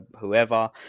whoever